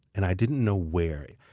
and i didn't know where.